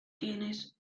tienes